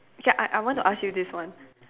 ya I I want to ask you this one